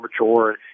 mature